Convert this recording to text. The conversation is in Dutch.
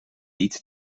niet